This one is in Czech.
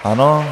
Ano.